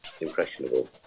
Impressionable